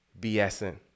BSing